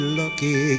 lucky